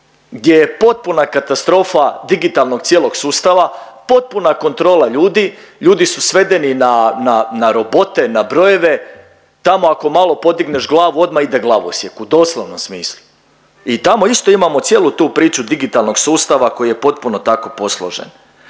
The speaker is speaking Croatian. gdje je potpuno katastrofa digitalnog cijelog sustava, potpuna kontrola ljudi. Ljudi su svedeni na robote, na brojeve, tamo ako malo podigneš glavu odma ide glavosjek u doslovnom smislu. I tamo isto imamo cijelu tu priču digitalnog sustava koji je potpuno tako posložen.